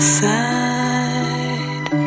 side